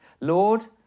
Lord